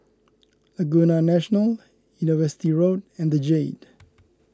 Laguna National University Road and the Jade